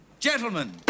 Gentlemen